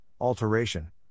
alteration